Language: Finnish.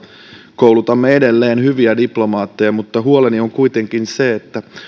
koulutamme edelleen hyviä diplomaatteja mutta huoleni on kuitenkin se